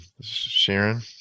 Sharon